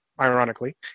ironically